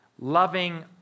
loving